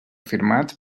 firmat